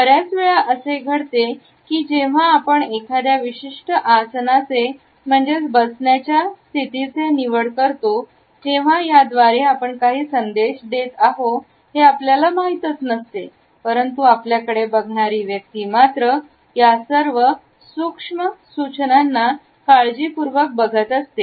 बरेच वेळा असे घडते की की जेव्हा आपण एखाद्या विशिष्ट आसनाचे म्हणजेच बसण्याच्या तिची निवड करतो तेव्हा याद्वारे आपण काही संदेश देत आहे हे आपल्याला माहीतच नसते परंतु आपल्याकडे बघणारी व्यक्ती मात्र या सर्व सूक्ष्म सूचनांना काळजीपूर्वक बघत असते